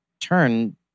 turn